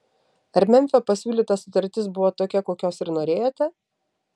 ar memfio pasiūlyta sutartis buvo tokia kokios ir norėjote